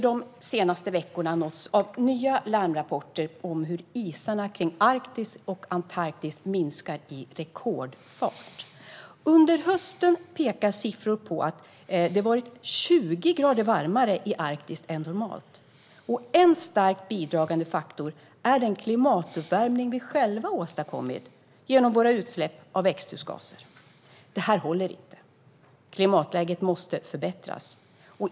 De senaste veckorna har vi nåtts av nya larmrapporter om att isarna kring Arktis och Antarktis minskar i rekordfart. Siffror pekar på att det under hösten har varit 20 grader varmare i Arktis än normalt. En starkt bidragande faktor är den klimatuppvärmning vi själva åstadkommit genom våra utsläpp av växthusgaser. Det här håller inte. Klimatläget måste förbättras.